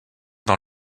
dans